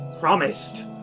Promised